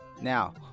Now